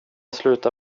sluta